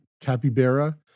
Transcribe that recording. capybara